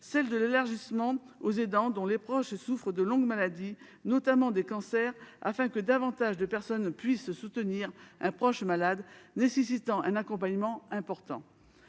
date : son élargissement aux aidants dont les proches souffrent de longues maladies, notamment de cancers, afin que davantage de personnes puissent soutenir un proche malade nécessitant un accompagnement important.